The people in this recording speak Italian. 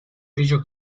grigio